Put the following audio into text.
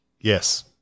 Yes